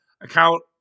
account